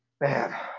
man